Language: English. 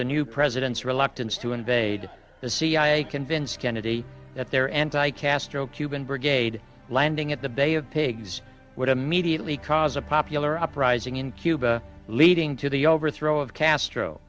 the new president's reluctance to invade the cia convinced kennedy at their anti castro cuban brigade landing at the bay of pigs would immediately cause a popular uprising in cuba leading to the overthrow of castro